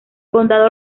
condado